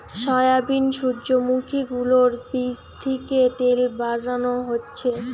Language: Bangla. সয়াবিন, সূর্যোমুখী গুলোর বীচ থিকে তেল বানানো হচ্ছে